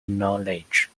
knowledge